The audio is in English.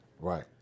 Right